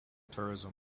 tourism